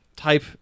type